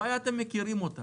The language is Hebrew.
ואתם מכירים את הבעיה.